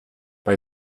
bei